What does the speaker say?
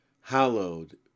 hallowed